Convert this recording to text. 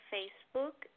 Facebook